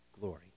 glory